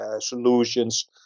solutions